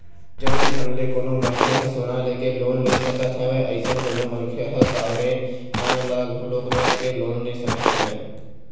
जउन ढंग ले कोनो मनखे ह सोना लेके लोन ले सकत हवय अइसन कोनो मनखे ह सॉवरेन बांड ल घलोक रख के लोन ले सकत हवय